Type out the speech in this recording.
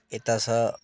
एतय सँ